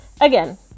again